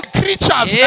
creatures